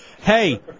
Hey